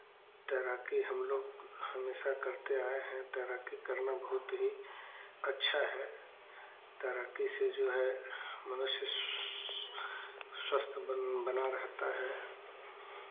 तैराकी हम लोग हमेशा करते आये हैं तैराकी करना बहुत ही अच्छा है तैराकी से जो है मनुष्य स्वस्थ बन बना रहता है